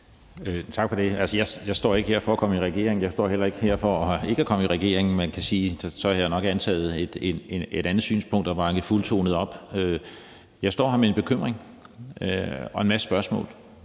Tak for det. Jeg står ikke her for at komme i regering, og jeg står heller ikke her for ikke at komme i regering. Man kan sige, at så havde jeg nok antaget et andet synspunkt og bakket fuldtonet op. Jeg står her med en bekymring og en masse spørgsmål.